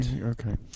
Okay